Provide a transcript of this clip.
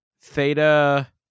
theta